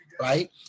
Right